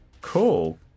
cool